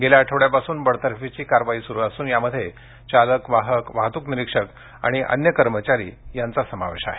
गेल्या आठवड्यापासून बडतर्फीची कारवाई सुरू असून यामध्ये चालक वाहक वाहतूक निरीक्षक आणि अन्य कर्मचारी यांचा समावेश आहे